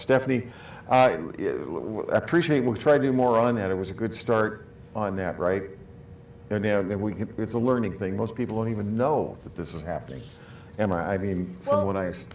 stephanie appreciate will try to do more on that it was a good start on that right now that we can it's a learning thing most people don't even know that this is happening and i mean when i asked